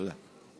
תודה.